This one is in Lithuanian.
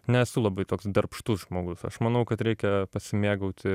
nesu labai toks darbštus žmogus aš manau kad reikia pasimėgauti